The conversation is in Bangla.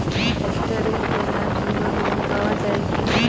ট্রাক্টরের কেনার জন্য লোন পাওয়া যায় কি?